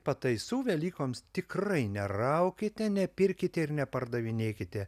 pataisų velykoms tikrai neraukite nepirkite ir nepardavinėkite